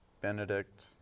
Benedict